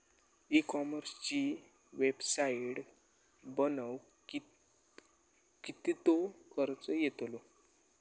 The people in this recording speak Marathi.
ई कॉमर्सची वेबसाईट बनवक किततो खर्च येतलो?